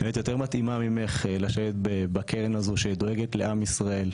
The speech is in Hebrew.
אין יותר מתאימה ממך לשבת בקרן הזו שדואגת לעם ישראל.